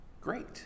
great